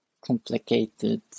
complicated